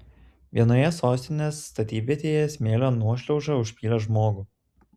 vienoje sostinės statybvietėje smėlio nuošliauža užpylė žmogų